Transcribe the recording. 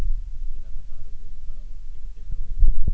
किती लाखाचा आरोग्य विमा काढावा हे कसे ठरवावे?